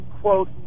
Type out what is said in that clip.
quote